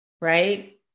right